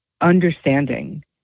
understanding